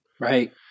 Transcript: Right